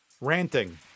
ranting